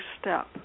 step